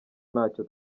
ntacyo